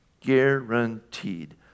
guaranteed